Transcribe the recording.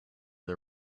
the